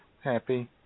happy